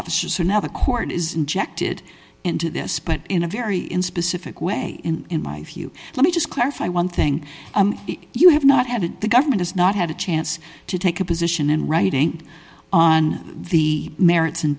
officer now the court is injected into this but in a very in specific way and in my view let me just clarify one thing you have not had the government has not had a chance to take a position in writing on the merits and